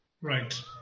Right